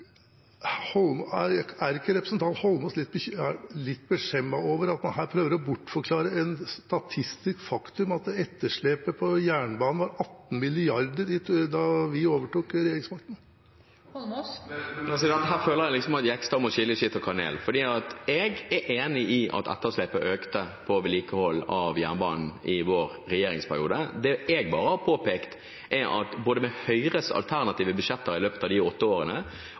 Er ikke representanten Eidsvoll Holmås litt beskjemmet over at man her prøver å bortforklare et statistisk faktum, at etterslepet på jernbanen var på 18 mrd. kr da vi overtok regjeringsmakten? Her føler jeg at Jegstad må skille skitt og kanel. Jeg er enig i at etterslepet på vedlikehold av jernbanen økte i vår regjeringsperiode. Det jeg har påpekt, er at både med Høyres alternative budsjetter i løpet av de åtte årene